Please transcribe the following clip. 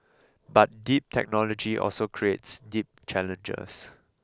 but deep technology also creates deep challengers